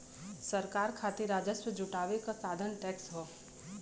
सरकार खातिर राजस्व जुटावे क साधन टैक्स हौ